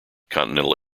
continental